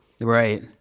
Right